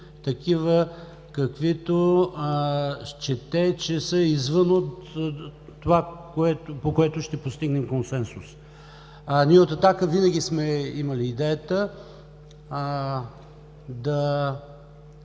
такива, каквито счете, че са извън от това, по което ще постигне консенсус. Ние от „Атака“ винаги сме имали идеята да